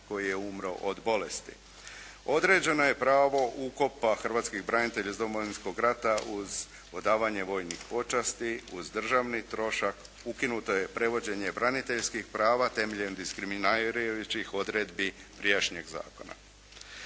koji je umro od bolesti. Određeno je pravo ukopa hrvatskih branitelja iz Domovinskog rata uz odavanje vojnih počasti uz državni trošak, ukinuto je prevođenje braniteljskih prava temeljem diskriminirajućih odredbi prijašnjih zakona.